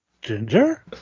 Ginger